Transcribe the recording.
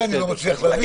את זה אני לא מצליח להבין.